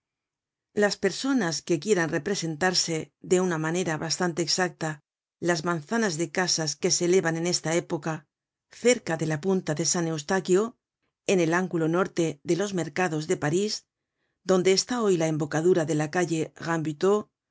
las personas que quieran representarse de una manera bastante exacta las manzanas de casas que se elevaban en esta época cerca de la punta de san eustaquio en el ángulo norte de los mercados de parís donde está hoy la embocadura de la calle